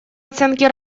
оценки